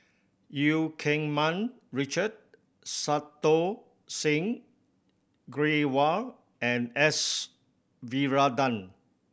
Eu Keng Mun Richard Santokh Singh Grewal and S Varathan